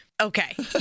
Okay